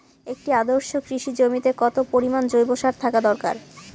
একটি আদর্শ কৃষি জমিতে কত পরিমাণ জৈব সার থাকা দরকার?